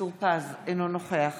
אינו נוכח